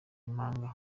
impanga